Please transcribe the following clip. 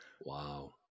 Wow